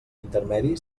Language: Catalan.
intermedi